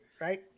right